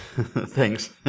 Thanks